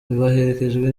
baherekejwe